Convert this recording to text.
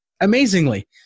Amazingly